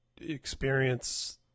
experience